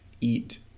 eat